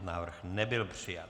Návrh nebyl přijat.